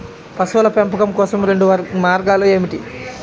పశువుల పెంపకం కోసం రెండు మార్గాలు ఏమిటీ?